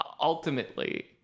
ultimately